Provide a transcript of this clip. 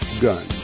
Gun